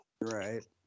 Right